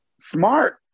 smart